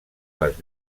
les